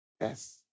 Yes